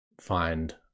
find